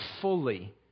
fully